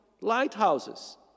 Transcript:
lighthouses